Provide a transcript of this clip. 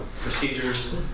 procedures